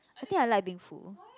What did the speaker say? I think I like being full